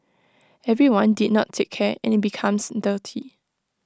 everyone did not take care and IT becomes dirty